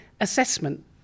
assessment